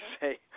say